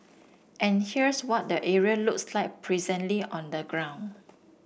and here's what the area looks like presently on the ground